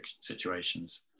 situations